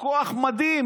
כוח מדהים,